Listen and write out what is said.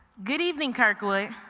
good evening kirkwood